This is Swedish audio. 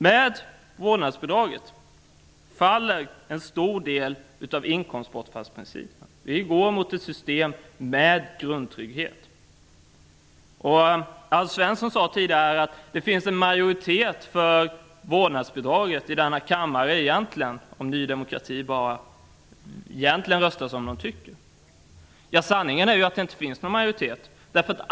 Med vårdnadsbidraget faller en stor del av inkomstbortfallsprincipen. Vi går mot ett system med grundtrygghet. Alf Svensson sade här tidigare att det finns en majoritet för vårdnadsbidraget i denna kammare om Ny demokrati bara röstar som man egentligen tycker. Men sanningen är att det inte finns någon majoritet.